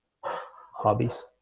hobbies